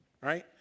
right